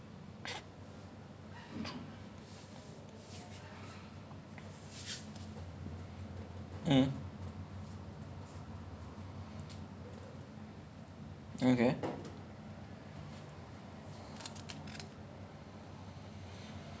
I wouldn't say it's based on a true story but it's the vision of david fincher one of my favourite directors by the way who were err he in this story or in this series actually it's not an entire movie it's a series so he's like he's explaining how the F_B_I came about to use um